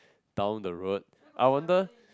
down the road I wonder